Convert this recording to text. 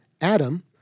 Adam